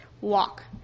walk